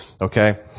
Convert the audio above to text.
Okay